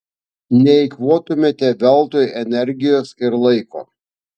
neeikvotumėte veltui energijos ir laiko